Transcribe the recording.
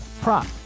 prop